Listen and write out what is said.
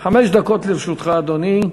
חמש דקות לרשותך, אדוני.